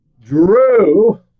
Drew